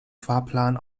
fahrplan